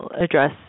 address